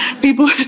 People